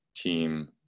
Team